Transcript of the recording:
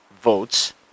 votes